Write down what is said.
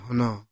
no